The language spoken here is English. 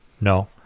No